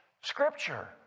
scripture